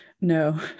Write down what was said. No